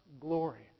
glory